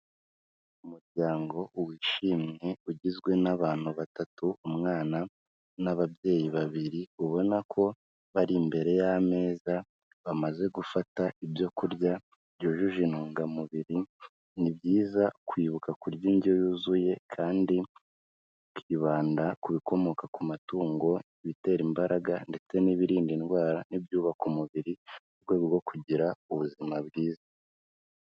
Umuryango wishimye ugizwe n'abantu batatu umwana n'ababyeyi babiri, ubona ko bari imbere y'ameza bamaze gufata ibyo kurya byujuje intungamubiri, ni byiza kwibuka kurya indyo yuzuye kandi ukibanda ku bikomoka ku matungo, ibitera imbaraga ndetse n'ibirinda indwara n'ibyubaka umubiri mu rwego rwo kugira ubuzima bwiza.